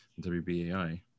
WBAI